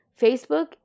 Facebook